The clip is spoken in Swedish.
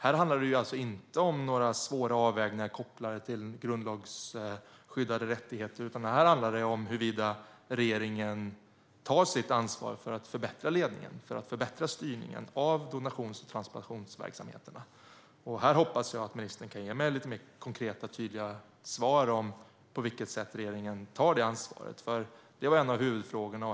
Här handlar det alltså inte om några svåra avvägningar kopplade till grundlagsskyddade rättigheter, utan det handlar om huruvida regeringen tar sitt ansvar för att förbättra ledningen och styrningen av donations och transplantationsverksamheterna. Jag hoppas att ministern kan ge mig lite mer konkreta och tydliga svar om på vilket sätt regeringen tar detta ansvar. Det var nämligen en av huvudfrågorna.